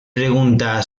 pregunta